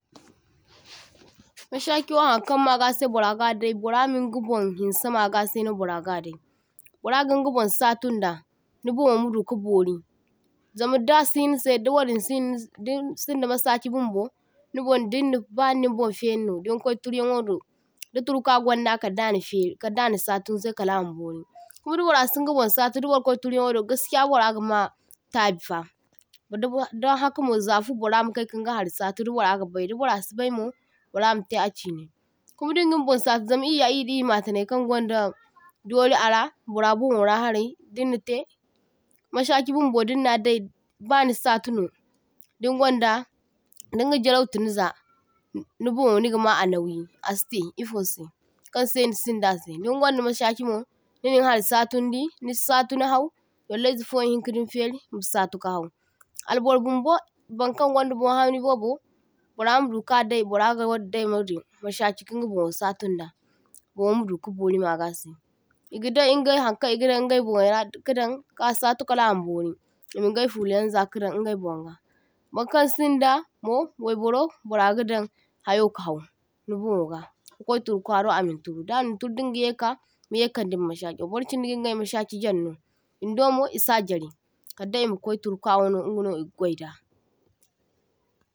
toh – toh Mashaki wo haŋkaŋmagase bora gadai bora minga bon hinse magaseno bora gadai, bara gingabon satunda ni bonwo maduka bori zam dasinise dawadin Sino dinsinda masachi bumbo nibun dinni baŋinbun ferino dinkwai turyaŋwo do daturkwa dunda kaddaŋa feri kadda na stunise kalama bori. Kuma da bora singabon satu dabarakwai turyaŋwo do gaskiya boragama tabifah, dabar daŋhakamo zafu barama kaikinga harisatu dabora gabai dabora sibaimo boramate achine, kuma dinginbun satu zam Iya dimataŋe kaŋ gwaŋda dori ara bora bonwora harai dinnate masachi bumbo dinna dai ba nisatu no din gwanda dinga jarau tine za ni bonwo nigama anauyi asite iffose kaŋse nisindase. Dingwaŋda masachimo ninin hari satu nidi nisatu nihau yallaize fo ihinka niferi masatu kahau, albor bumbo bankan gaŋda bonhamni bobo bora maduka dai, bora gawa daiwadin mashachi kaŋga bonwo satun da bonwo maduka bori magase, igidai ingai haŋkaŋ igadaŋ ingai bonwaira kadaŋ kasatu kalama bori imingai fulayaŋ zakadaŋ ingaibonga. Baŋkaŋ sindamo waiboro baragada hayo kahau nibonwoga kakwai turkwado amin turu, daŋin turu dingaye ka miyekandin mashacho, barchindi gi ingai mashachi jarno chindomo isa jara kadde imakwai turkwa wano ingaŋo iga gwaida.